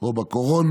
או בקורונה,